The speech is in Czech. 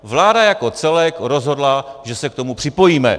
Vláda jako celek rozhodla, že se k tomu připojíme.